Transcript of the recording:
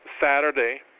Saturday